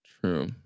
True